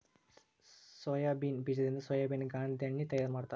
soybean ಬೇಜದಿಂದ ಸೋಯಾಬೇನ ಗಾಂದೆಣ್ಣಿ ತಯಾರ ಮಾಡ್ತಾರ